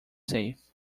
safe